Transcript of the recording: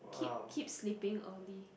keep keep sleeping only